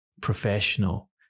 professional